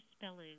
spelling